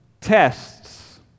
tests